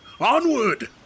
Onward